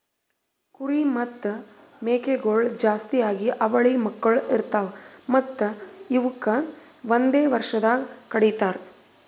ಕುರಿ ಮತ್ತ್ ಮೇಕೆಗೊಳ್ ಜಾಸ್ತಿಯಾಗಿ ಅವಳಿ ಮಕ್ಕುಳ್ ಇರ್ತಾವ್ ಮತ್ತ್ ಇವುಕ್ ಒಂದೆ ವರ್ಷದಾಗ್ ಕಡಿತಾರ್